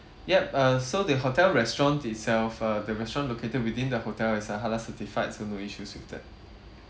yup uh so the hotel restaurant itself uh the restaurant located within the hotel is uh halal certified so no issues with that